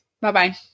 Bye-bye